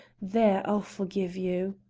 there, i'll forgive you.